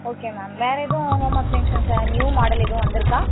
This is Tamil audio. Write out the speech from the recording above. ஓக்கே மேம் வேறு எதுவும் ஹோம் அப்ளையன்சஸை நியூ மாடல் எதுவும் வந்திருக்கா